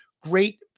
Great